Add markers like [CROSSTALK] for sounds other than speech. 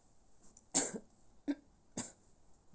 [COUGHS]